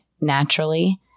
naturally